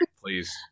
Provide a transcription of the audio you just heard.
Please